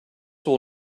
will